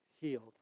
healed